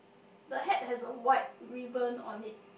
the hat has a white ribbon on it